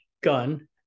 gun